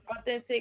authentic